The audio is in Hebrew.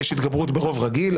יש התגברות ברוב רגיל,